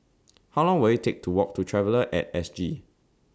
How Long Will IT Take to Walk to Traveller At S G